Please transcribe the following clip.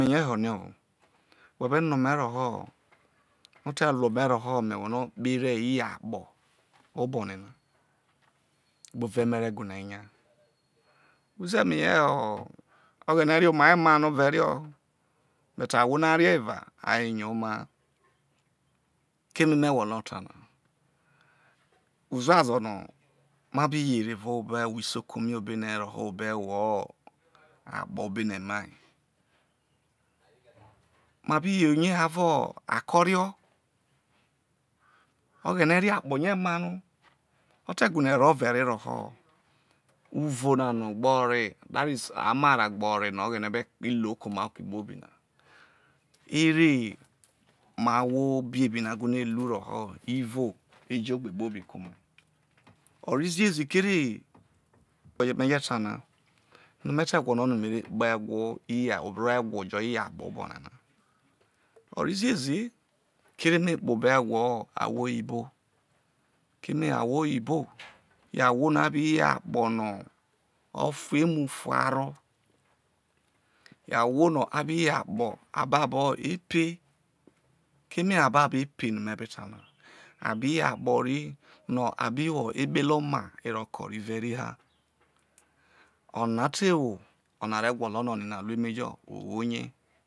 Whe be ome roho, o te ruō ome no me gwolo kpoho ere nyai yo akpo obonana bove me re gine nya uzeme rie ho oghene rie omai ma vere but ahwo no arie eva ai yoma. Keme me gwolo ta na uzuazo no ma bi yeri evao obo ewho isoko ma obone roh obo ewho akpo o bone ma ma bi you rie avo akorio, oghene rie akpo ne ma no o te gine ro vere roho uvo na no gbe ore that is amara gbe ore no oghene o bi lo ke omar esikpo bi na, ere ere mai ahwo biebi na gine ru roho ivo eje ogbe-kpobi ike omai. O ro ziezi kere oye meje ta na ino no me te gwolo no me re kpoho who ya orewho jo nyai yo akpo jo obonana o ro ziezi kere me kpobo ahwo ewho oyibo keme ahwo oyibo yo ahwo no abi you akpo no o fuemu fuaro ahioo no a you akpo ababo epe keme ababo epe no me be ta na a bi you akpo ral no a bi ro wo ekpehre omaa roke oviveral hi ono te wo onana re gwolo no onan gru emejo o wo ne.